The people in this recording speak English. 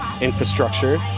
infrastructure